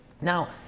Now